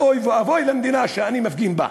אוי ואבוי למדינה שאני מפגין בה,